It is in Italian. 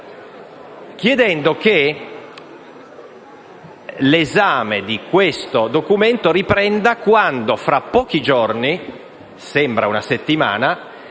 chiedendo che l'esame del documento riprenda quando, tra pochi giorni (sembra una settimana),